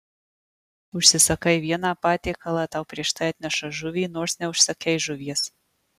užsisakai vieną patiekalą tau prieš tai atneša žuvį nors neužsakei žuvies